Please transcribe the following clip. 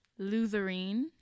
lutherine